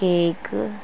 cake